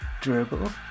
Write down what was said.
Dribble